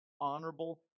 honorable